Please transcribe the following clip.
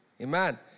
amen